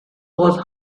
was